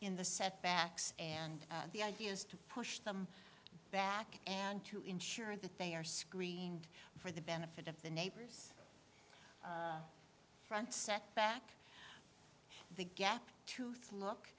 in the setbacks and the idea is to push them back and to ensure that they are screened for the benefit of the neighbors front set back the gap toothed look